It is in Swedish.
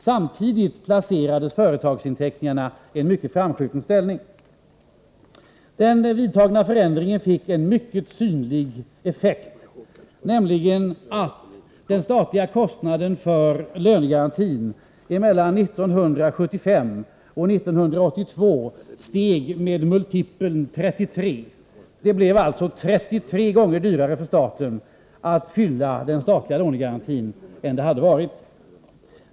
Samtidigt placerades företagsinteckningarna i en mycket framskjuten ställning. Den vidtagna förändringen fick en mycket synlig effekt, nämligen den att den statliga kostnaden för lönegarantin mellan 1975 och 1982 steg med multipeln 33. Det blev alltså 33 gånger dyrare för staten att fylla den statliga lönegarantin än det hade varit.